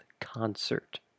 concert